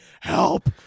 help